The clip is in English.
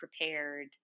prepared